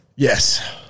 Yes